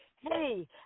hey